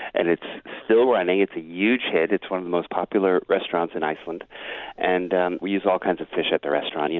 and it's still running. it's a huge hit it's one of the most popular restaurants in iceland and and we use all kinds of fish at the restaurant, you know